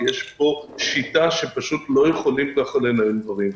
כי יש פה שיטה שפשוט לא יכולים כך לנהל דברים.